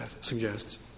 suggests